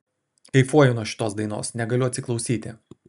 kaifuoju nuo šitos dainos negaliu atsiklausyt